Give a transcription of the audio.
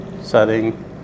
setting